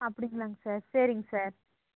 அப்படிங்களாங்க sir சரிங்க sir